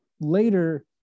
later